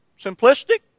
simplistic